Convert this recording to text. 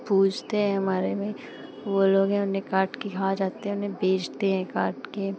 पूजते हैं हमारे में वे लोग हैं उन्हें काटकर खा जाते हैं उन्हें बेचते हैं काटकर